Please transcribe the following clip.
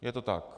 Je to tak?